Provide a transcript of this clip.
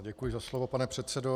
Děkuji za slovo, pane předsedo.